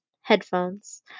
headphones